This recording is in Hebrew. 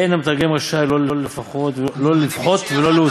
אין המתרגם רשאי לא לפחות ולא להוסיף,